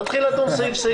תתחיל לדון סעיף-סעיף.